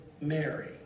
Mary